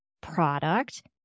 product